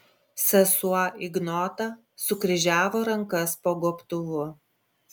sesuo ignota sukryžiavo rankas po gobtuvu